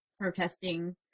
protesting